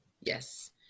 Yes